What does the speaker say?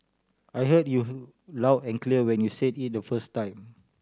I heard you loud and clear when you said it the first time